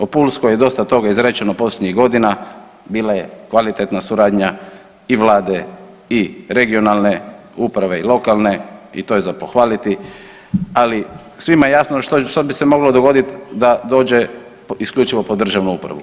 O pulskoj je dosta toga izrečeno posljednjih godina, bila je kvalitetna suradnja i Vlade i regionalne uprave i lokalne i to je za pohvaliti, ali svima je jasno što bi se moglo dogoditi da dođe isključivo pod državnu upravu.